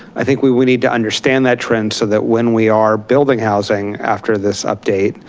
i think we we need to understand that trend so that when we are building housing after this update,